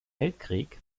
weltkrieg